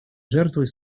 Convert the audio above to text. жертвой